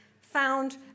found